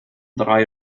drei